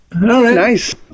Nice